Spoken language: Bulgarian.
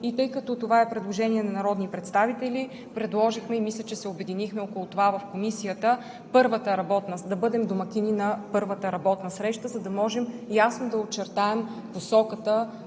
И тъй като това е предложение на народни представители, предложихме и мисля, че се обединихме около това в Комисията, да бъдем домакини на първата работна среща, за да можем ясно да очертаем посоката